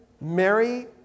Mary